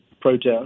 protest